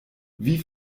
wie